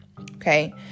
okay